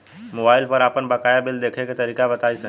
Mobile पर आपन बाकाया बिल देखे के तरीका बताईं तनि?